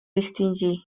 distingir